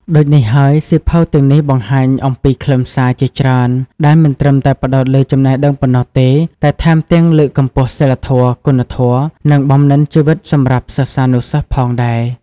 ដូចនេះហើយ សៀវភៅទាំងនេះបង្ហាញអំពីខ្លឹមសារជាច្រើនដែលមិនត្រឹមតែផ្ដោតលើចំណេះដឹងប៉ុណ្ណោះទេ តែថែមទាំងលើកកម្ពស់សីលធម៌ គុណធម៌ និងបំណិនជីវិតសម្រាប់សិស្សានុសិស្សផងដែរ។